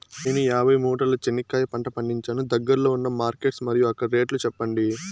నేను యాభై మూటల చెనక్కాయ పంట పండించాను దగ్గర్లో ఉన్న మార్కెట్స్ మరియు అక్కడ రేట్లు చెప్పండి?